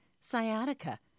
sciatica